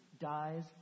dies